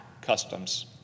customs